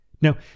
Now